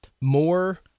more